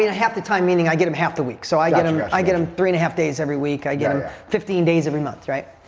you know half the time, meaning i get them half the week so i get um i get them three and a half days every week. i get them fifteen days every month, right?